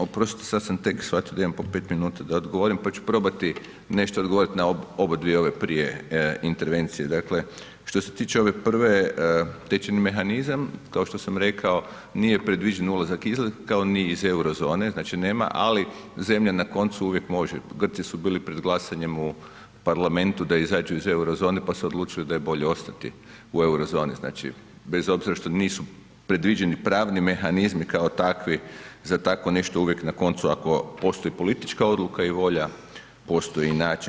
Oprostite, sad sam tek shvatio da imam po 5 minuta da odgovorim, pa ću probati nešto odgovorit na obadvije ove prije intervencije, dakle što se tiče ove prve tečajni mehanizam, kao što sam rekao nije predviđen ulazak izlaz kao ni iz Eurozone, znači nema ali zemlja na koncu uvijek može, Grci su bili pred glasanjem u parlamentu da izađu iz Eurozone, pa su odlučili da je bolje ostati u Eurozoni, znači bez obzira što nisu predviđeni pravni mehanizmi kao takvi, za tako nešto uvijek na koncu ako postoji politička odluka i volja, postoji i način.